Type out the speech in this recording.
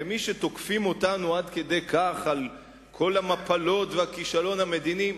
כמי שתוקפים אותנו עד כדי כך על כל המפלות והכישלון המדיני,